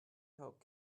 helped